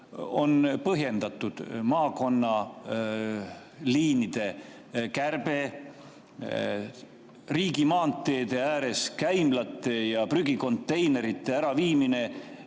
on põhjendatud maakonnaliinide kärbe, riigimaanteede äärest käimlate ja prügikonteinerite äraviimine,